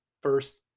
first